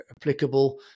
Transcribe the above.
applicable